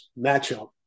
matchup